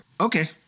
okay